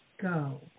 go